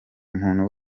muntu